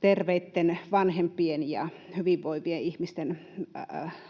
terveitten vanhempien ja hyvinvoivien ihmisten